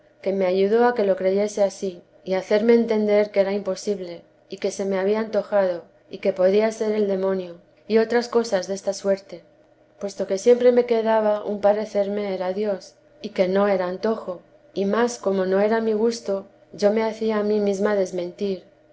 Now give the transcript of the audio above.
que me ayudó a que lo creyese ansí y hacerme entender que era imposible y que se me había antojado y que podía ser el demonio y otras cosas de esta suerte puesto que siempre me quedaba un parecerme era dios y que no era antojo y más como no era mi gusto yo me hacía a mí mesma desmentir